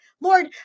Lord